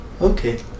okay